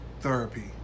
therapy